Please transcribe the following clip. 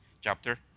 chapter